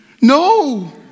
no